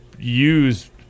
use